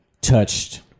touched